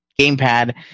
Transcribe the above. gamepad